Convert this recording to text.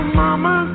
mama